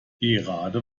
gerade